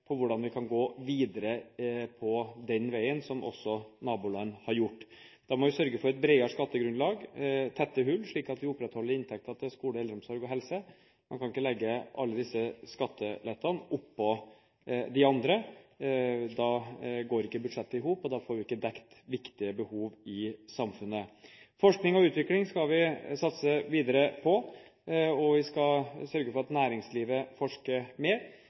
på hvordan vi kan gå videre på den veien, som også våre naboland har gjort. Da må vi sørge for et bredere skattegrunnlag og å tette hull slik at vi opprettholder inntekten til skole, eldreomsorg og helse. Man kan ikke legge alle disse skattelettene oppå de andre. Da går ikke budsjettet i hop, og da får vi ikke dekket viktige behov i samfunnet. Forskning og utvikling skal vi satse videre på, og vi skal sørge for at næringslivet forsker mer.